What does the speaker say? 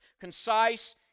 concise